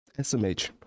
SMH